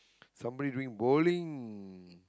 somebody doing bowling